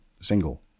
single